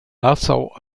nassau